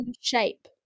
shape